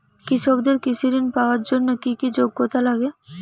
কৃষকদের কৃষি ঋণ পাওয়ার জন্য কী কী যোগ্যতা লাগে?